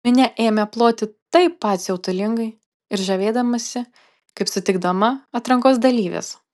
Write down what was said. minia ėmė ploti taip pat siautulingai ir žavėdamasi kaip sutikdama atrankos dalyves